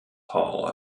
hall